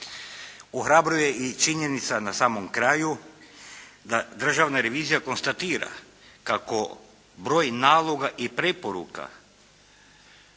Ohrabruje i činjenica na samom kraju da Državna revizija konstatira kao broj naloga i preporuka